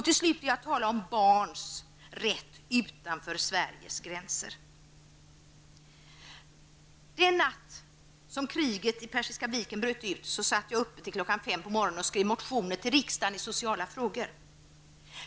Till slut vill jag tala om barns rätt utanför Sveriges gränser. Den natt som kriget i Persiska viken bröt ut satt jag uppe till klockan fem på morgonen och skrev motioner till riksdagen i sociala frågor.